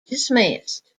dismissed